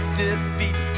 defeat